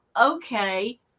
okay